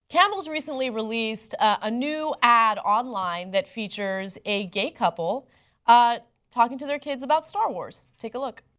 campbellis recently released a new ad online that features a gay couple ah talking to their kids about star wars. take a look.